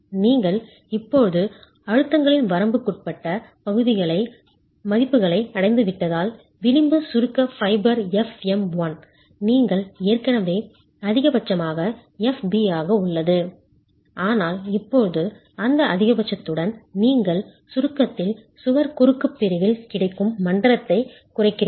நீங்கள் இப்போது அழுத்தங்களின் வரம்புக்குட்பட்ட மதிப்புகளை அடைந்துவிட்டதால் விளிம்பு சுருக்க ஃபைபர் fm1 நீங்கள் ஏற்கனவே அதிகபட்சமாக fb ஆக உள்ளது ஆனால் இப்போது அந்த அதிகபட்சத்துடன் நீங்கள் சுருக்கத்தில் சுவர் குறுக்கு பிரிவில் கிடைக்கும் மண்டலத்தை குறைக்கிறீர்கள்